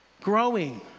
growing